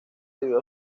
debido